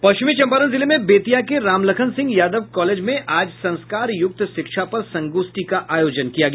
पश्चिम चंपारण जिले में बेतिया के रामलखन सिंह यादव कॉलेज में आज संस्कार यूक्त शिक्षा पर संगोष्ठी का आयोजन किया गया